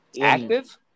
Active